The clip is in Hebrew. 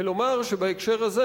וכן שבהקשר הזה